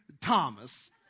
Thomas